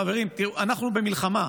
חברים, אנחנו במלחמה.